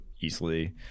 easily